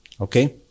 okay